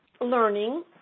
learning